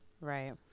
Right